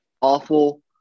awful